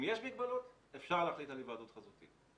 אם יש מגבלות, אפשר להחליט על היוועדות חזותית.